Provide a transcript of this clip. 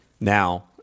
now